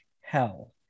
hell